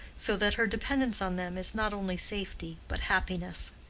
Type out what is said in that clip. so that her dependence on them is not only safety but happiness.